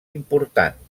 important